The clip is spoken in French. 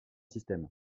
système